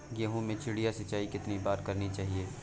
गेहूँ में चिड़िया सिंचाई कितनी बार करनी चाहिए?